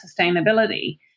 sustainability